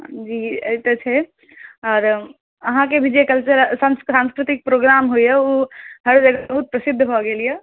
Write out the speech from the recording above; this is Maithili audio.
जी ई तऽ छै आओर अहाँके भी जे भी कल सांस्कृतिक प्रोग्राम होइए ओ हर जगह बहुत प्रसिध्द भऽ गेल यए